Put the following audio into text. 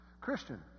Christian